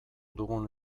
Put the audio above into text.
dugun